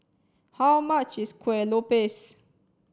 how much is Kueh Lopes